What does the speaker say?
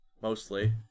mostly